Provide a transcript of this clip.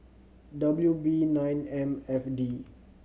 W B nine M F D